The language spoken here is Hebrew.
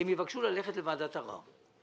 הם יבקשו ללכת לוועדת ערר.